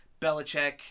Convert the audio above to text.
Belichick